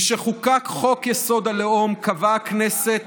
משחוקק חוק-יסוד: הלאום קבעה הכנסת